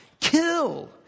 kill